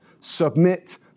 submit